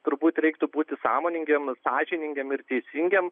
turbūt reiktų būti sąmoningiem sąžiningiem ir teisingiem